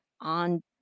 on